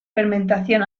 fermentación